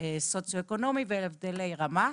הסוציו אקונומי והבדלי רמה.